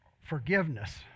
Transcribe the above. forgiveness